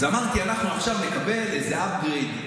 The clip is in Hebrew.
אז אמרתי, אנחנו עכשיו נקבל איזה upgrade.